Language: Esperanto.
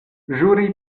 ĵuri